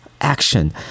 action